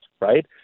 right